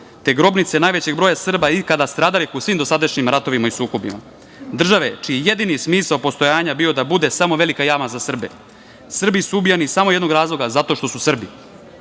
te grobnice najvećeg broja Srba ikada stradalih u svim dosadašnjim ratovima i sukobima, države čiji jedini smisao postojanja je bio da bude samo velika jama za Srbe? Srbi su ubijani samo iz jednog razloga, zato što su Srbi. Da